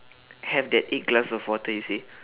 have that eight glass of water you see